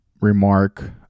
remark